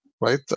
right